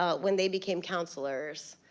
ah when they became counselors.